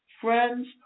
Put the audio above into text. friends